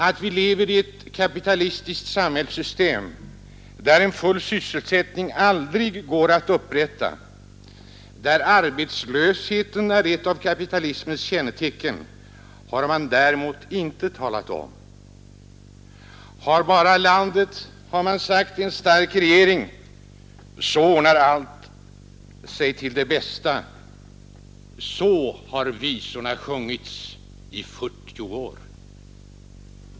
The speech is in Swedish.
Att vi lever i ett kapitalistiskt samhällssystem där en full sysselsättning aldrig går att upprätta, där arbetslösheten är ett av kapitalismens kännetecken har man däremot inte talat om. Har bara landet en ”stark regering” så ordnar sig allt till det bästa. Så har visorna sjungits.